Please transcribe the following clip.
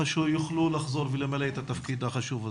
שיוכלו לחזור ולמלא את התפקיד החשוב הזה.